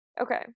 okay